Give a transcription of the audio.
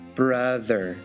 brother